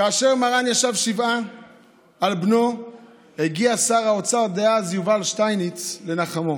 כאשר מרן ישב שבעה על בנו הגיע שר האוצר דאז יובל שטייניץ לנחמו.